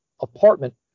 apartment